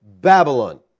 Babylon